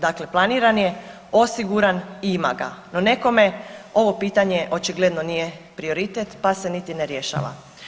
Dakle, planiran je, osiguran i ima ga, no, nekome ovo pitanje očigledno nije prioritet pa se niti ne rješava.